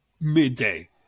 midday